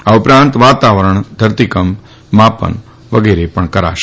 આ ઉપરાંત વાતાવરણ ધરતીકંપ માપન પણ કારશે